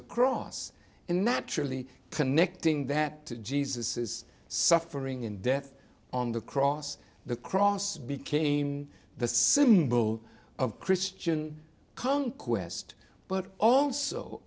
a cross and naturally connecting that to jesus's suffering in death on the cross the cross became the symbol of christian conquest but also